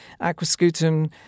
Aquascutum